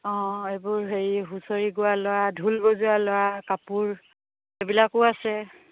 অঁ এইবোৰ হেৰি হুঁচৰি গোৱা ল'ৰা ঢোল বজোৱা ল'ৰা কাপোৰ এইবিলাকো আছে